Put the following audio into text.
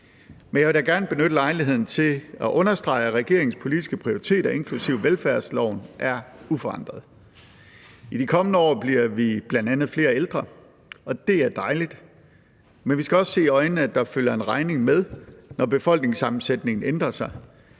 Men jeg vil da gerne benytte lejligheden til at understrege, at regeringens politiske prioriteter, inklusive velfærdsloven, er uforandrede. I de kommende år bliver vi bl.a. flere ældre, og det er dejligt, men vi skal også se i øjnene, at der følger en regning med, når befolkningssammensætningen ændrer sig.